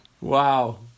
Wow